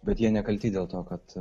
bet jie nekalti dėl to kad